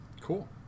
Cool